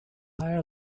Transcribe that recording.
fire